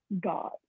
God